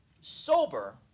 sober